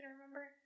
remember